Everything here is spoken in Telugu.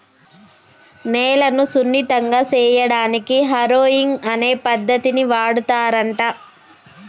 నేలను సున్నితంగా సేయడానికి హారొయింగ్ అనే పద్దతిని వాడుతారంట